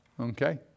Okay